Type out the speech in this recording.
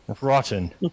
rotten